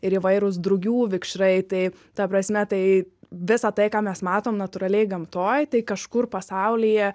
ir įvairūs drugių vikšrai tai ta prasme tai visa tai ką mes matom natūraliai gamtoj tai kažkur pasaulyje